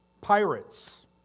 pirates